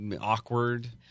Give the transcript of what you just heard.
awkward